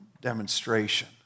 demonstration